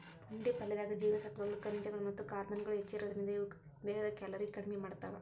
ಪುಂಡಿ ಪಲ್ಲೆದಾಗ ಜೇವಸತ್ವಗಳು, ಖನಿಜಗಳು ಮತ್ತ ಕಾರ್ಬ್ಗಳು ಹೆಚ್ಚಿರೋದ್ರಿಂದ, ಇವು ದೇಹದ ಕ್ಯಾಲೋರಿ ಕಡಿಮಿ ಮಾಡ್ತಾವ